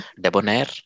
debonair